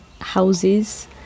houses